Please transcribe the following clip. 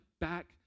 back